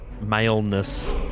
maleness